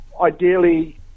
Ideally